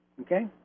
Okay